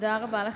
תודה רבה לך,